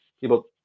people